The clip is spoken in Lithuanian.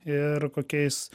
ir kokiais